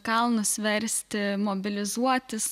kalnus versti mobilizuotis